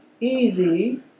easy